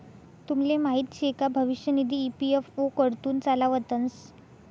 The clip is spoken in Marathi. तुमले माहीत शे का भविष्य निधी ई.पी.एफ.ओ कडथून चालावतंस